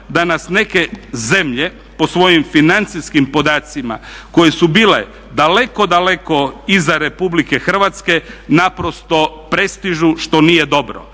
da nas neke zemlje po svojim financijskim podacima koje su bile daleko, daleko iza Republike Hrvatske naprosto prestižu što nije dobro.